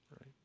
right